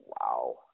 Wow